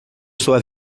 sua